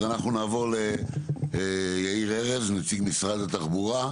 נעבור ליאיר ארז, נציג משרד התחבורה.